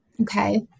Okay